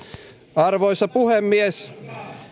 arvoisa puhemies